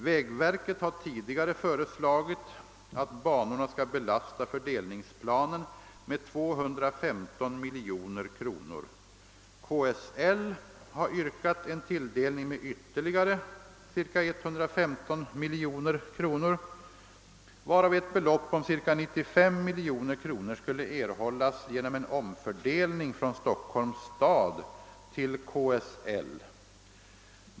Vägverket har tidigare föreslagit att banorna skall belasta fördelningsplanen med 215 miljoner kronor. KSL har yrkat en tilldelning med ytterligare ca 115 miljoner kronor, varav ett belopp om ca 95 miljoner kronor skulle erhållas genom en omfördelning från Stockholms stad till KSL.